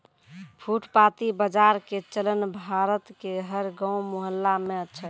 फुटपाती बाजार के चलन भारत के हर गांव मुहल्ला मॅ छै